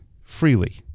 freely